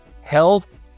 health